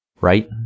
right